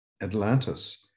Atlantis